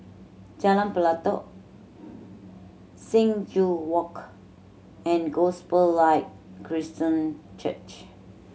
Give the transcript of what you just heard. Jalan Pelatok Sing Joo Walk and Gospel Light Christian Church